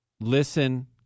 listen